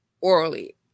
orally